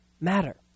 matter